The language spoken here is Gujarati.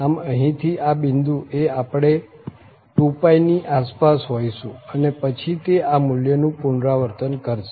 આમ અહીં આ બિંદુ એ આપણે 2π ની આસપાસ હોઈશું અને પછી તે આ મુલ્યનું પુનરાવર્તન કરશે